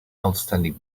outstanding